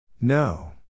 No